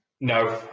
No